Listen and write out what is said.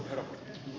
herra puhemies